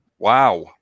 Wow